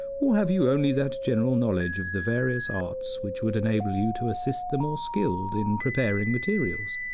or have you only that general knowledge of the various arts which would enable you to assist the more skilled in preparing materials?